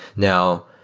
now,